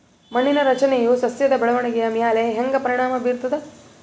ಮಣ್ಣಿನ ರಚನೆಯು ಸಸ್ಯದ ಬೆಳವಣಿಗೆಯ ಮ್ಯಾಲ ಹ್ಯಾಂಗ ಪರಿಣಾಮ ಬೀರ್ತದ?